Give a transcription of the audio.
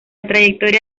trayectoria